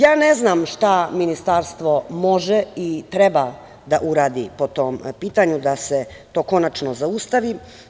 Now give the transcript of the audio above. Ja ne znam šta Ministarstvo može i treba da uradi po tom pitanju da se to konačno zaustavi.